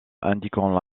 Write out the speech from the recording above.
indiquant